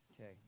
Okay